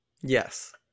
Yes